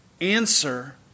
answer